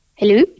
Hello